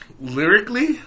Lyrically